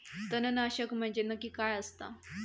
तणनाशक म्हंजे नक्की काय असता?